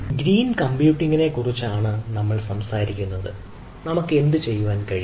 green കമ്പ്യൂട്ടിംഗിനെക്കുറിച്ചാണ് നമ്മൾ സംസാരിക്കുന്നത് നമുക്ക് എന്തുചെയ്യാൻ കഴിയും